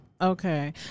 Okay